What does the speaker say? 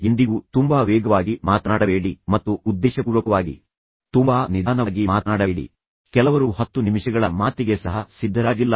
ಎಂದಿಗೂ ತುಂಬಾ ವೇಗವಾಗಿ ಮಾತನಾಡಬೇಡಿ ಮತ್ತು ಉದ್ದೇಶಪೂರ್ವಕವಾಗಿ ತುಂಬಾ ನಿಧಾನವಾಗಿ ಮಾತನಾಡಬೇಡಿ ಕೆಲವರು 10 ನಿಮಿಷಗಳ ಮಾತಿಗೆ ಸಹ ಸಿದ್ಧರಾಗಿಲ್ಲ